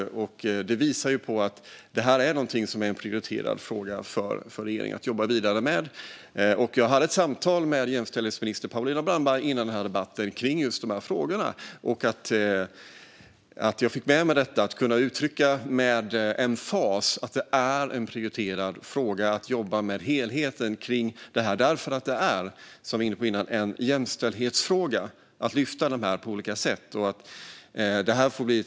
Det visar att det här är en prioriterad fråga för regeringen att jobba vidare med. Jag hade ett samtal om just dessa frågor med jämställdhetsminister Paulina Brandberg före denna debatt. Jag fick med mig att med emfas kunna uttrycka att det är en prioriterad fråga att jobba med helheten i detta därför att det, som vi var inne på tidigare, är en jämställdhetsfråga att lyfta upp det på olika sätt.